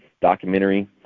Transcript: documentary